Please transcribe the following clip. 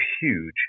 huge